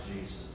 Jesus